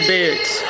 Boots